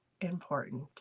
important